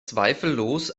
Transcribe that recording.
zweifellos